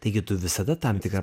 taigi tu visada tam tikra